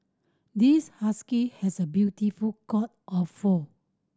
this husky has a beautiful coat of fur